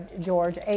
george